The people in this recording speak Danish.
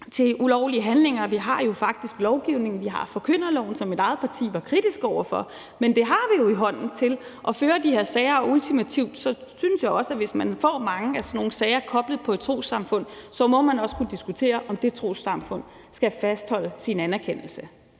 til ulovlige handlinger. Vi har faktisk lovgivning – vi har forkynderloven, som mit eget parti var kritisk over for – så vi har jo lovgivning i hånden til at føre de her sager, og ultimativt synes jeg også, at hvis man får mange af sådan nogle sager koblet på et trossamfund, må man også kunne diskutere, om det trossamfund skal have fastholdt sin anerkendelse.